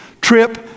trip